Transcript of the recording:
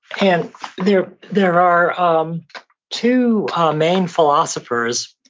and there there are um two main philosophers,